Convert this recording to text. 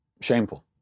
shameful